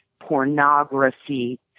pornography